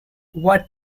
what